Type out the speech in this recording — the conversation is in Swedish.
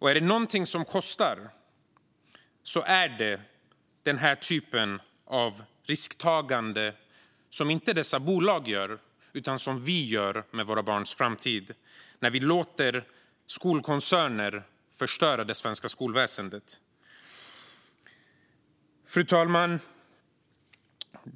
Är det någonting som kostar är det den här typen av risktagande, som inte dessa bolag gör utan som vi gör med våra barns framtid när vi låter skolkoncerner förstöra det svenska skolväsendet. Fru talman!